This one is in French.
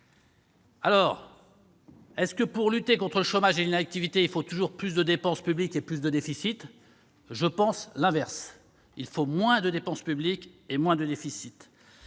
santé sociale. Pour lutter contre le chômage et l'inactivité, faut-il toujours plus de dépense publique et plus de déficit ? Je pense l'inverse : il faut moins de dépense publique et moins de déficit.